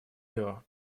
его